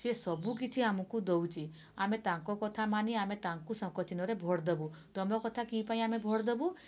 ସିଏ ସବୁକିଛି ଆମକୁ ଦେଉଛି ଆମେ ତାଙ୍କ କଥା ମାନି ଆମେ ତାଙ୍କୁ ଶଙ୍ଖ ଚିହ୍ନରେ ଭୋଟ୍ ଦେବୁ ତମକଥା କି ପାଇଁ ଆମେ ଭୋଟ୍ ଦେବୁ